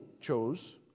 chose